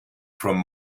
from